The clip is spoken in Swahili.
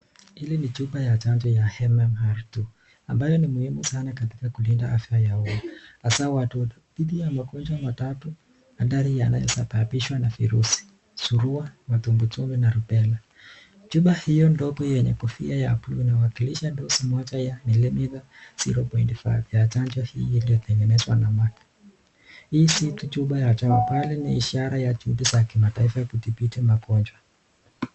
Hii ni chupa ya chanjo ya MMR2 , ambayo ni muhimu sana katika kulinda afya ya watoto dhidi ya magonjwa matatu yanayosababishwa na virusi, surua, matumbwitumbwi na rubella . Chupa hiyo ndogo yenye kufya ya bluu inawakilisha dozi moja ya milimita 0.5 ya chanjo hii iliyotengenezwa na Merck . Hii si tu chupa ya dawa bali ni ishara ya juhudi za kimataifa kutibiti magonjwa.